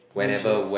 which is